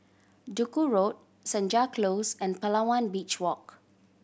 Duku Road Senja Close and Palawan Beach Walk